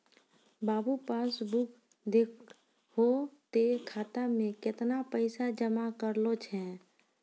बाबू passbook देखहो तें खाता मे कैतना पैसा जमा करलो छै